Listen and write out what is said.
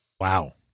Wow